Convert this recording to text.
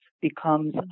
becomes